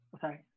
Sorry